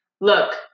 Look